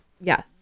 Yes